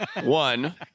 One